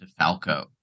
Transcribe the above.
DeFalco